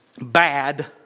bad